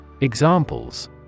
EXAMPLES